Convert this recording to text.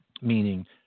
Meaning